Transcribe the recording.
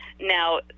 Now